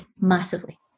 massively